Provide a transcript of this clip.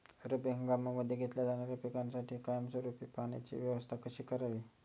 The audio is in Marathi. रब्बी हंगामामध्ये घेतल्या जाणाऱ्या पिकांसाठी कायमस्वरूपी पाण्याची व्यवस्था कशी करावी?